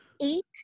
eat